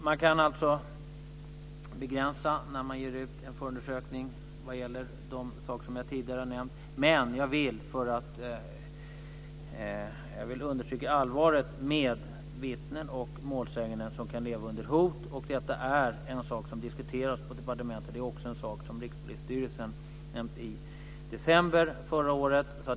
Man kan alltså begränsa när man ger ut i samband med en förundersökning de saker som jag tidigare nämnt, men jag vill understryka allvaret med att vittnen och målsäganden kan leva under hot. Detta är en sak som diskuteras inom departementet. Det är också en sak som Rikspolisstyrelsen nämnt i december förra året.